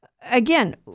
Again